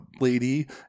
lady